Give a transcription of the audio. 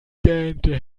gähnte